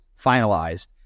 finalized